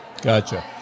Gotcha